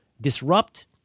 disrupt